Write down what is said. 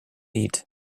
eat